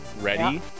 Ready